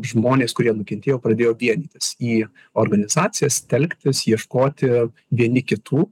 žmonės kurie nukentėjo pradėjo vienytis į organizacijas telktis ieškoti vieni kitų